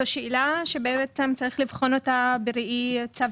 זוהי שאלה שצריך לבחון אותה בראי צו